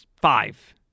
five